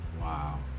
Wow